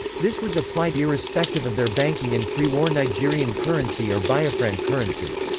this was applied irrespective of their banking in pre-war nigerian currency or biafran currency.